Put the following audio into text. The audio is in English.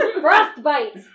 Frostbite